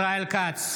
ישראל כץ,